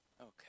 Okay